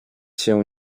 się